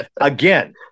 Again